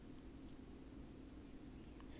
有时 lah 带它下楼走 lor